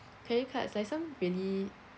credit cards like some really